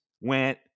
went